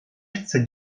chcę